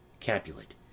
Capulet